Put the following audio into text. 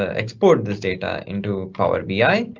ah export this data into power bi.